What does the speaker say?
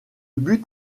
but